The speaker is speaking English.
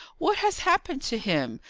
what has happened to him?